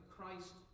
Christ